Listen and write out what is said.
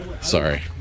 Sorry